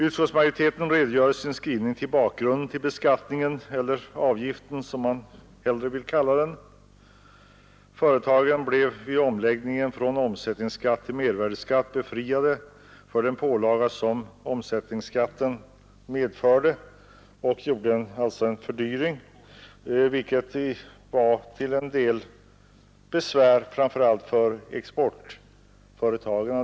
Utskottsmajoriteten redogör i sin skrivning för bakgrunden till beskattningen eller avgiften, som man hellre vill kalla den. Företagen blev vid omläggningen från omsättningsskatt till mervärdeskatt befriade från den pålaga som omsättningsskatten utgjorde och som medförde en fördyring framför allt för exportföretagen.